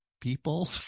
people